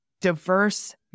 diverse